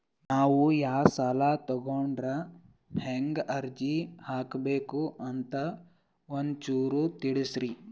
ನಾವು ಯಾ ಸಾಲ ತೊಗೊಂಡ್ರ ಹೆಂಗ ಅರ್ಜಿ ಹಾಕಬೇಕು ಅಂತ ಒಂಚೂರು ತಿಳಿಸ್ತೀರಿ?